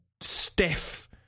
stiff